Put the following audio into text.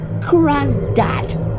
granddad